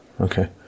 okay